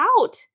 out